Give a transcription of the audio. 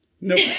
Nope